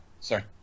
Sorry